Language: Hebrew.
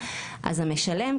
אז המשלם,